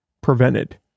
prevented